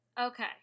Okay